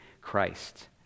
Christ